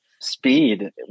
speed